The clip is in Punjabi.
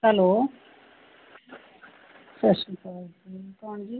ਹੈਲੋ ਸਤਿ ਸ਼੍ਰੀ ਅਕਾਲ ਜੀ ਕੌਣ ਜੀ